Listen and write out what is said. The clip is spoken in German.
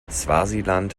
swasiland